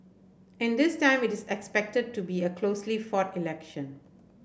and this time it is expected to be a closely fought election